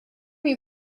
you